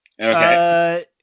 Okay